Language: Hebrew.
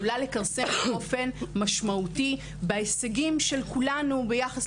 עלולים לכרסם באופן משמעותי בהישגים של כולנו ביחס